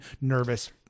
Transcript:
nervous